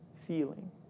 feeling